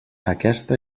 aquesta